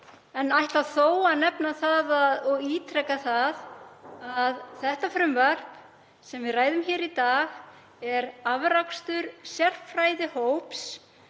en ætla þó að nefna það og ítreka það að þetta frumvarp, sem við ræðum hér í dag, er afrakstur sérfræðihóps